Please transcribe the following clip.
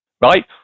right